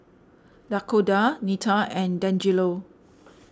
Dakoda Neta and Dangelo